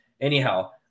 Anyhow